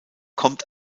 kommt